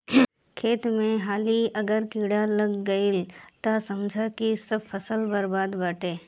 खेत में एक हाली अगर कीड़ा लाग गईल तअ समझअ की सब फसल बरबादे बाटे